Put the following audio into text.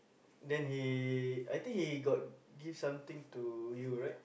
then he I think he got give something to you right